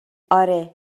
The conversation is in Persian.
آره